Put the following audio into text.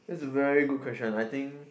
it's very good question I think